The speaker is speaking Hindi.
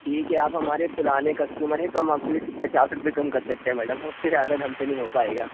ठीक है आप हमारे पुराने कसटूमअ हैं तो हम आप के लिए सिर्फ पचास रुपये कम कर सकते हैं मैडम उस से ज़्यादा हम से नहीं हो पाएगा